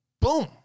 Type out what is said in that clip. Boom